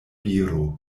viro